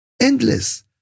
endless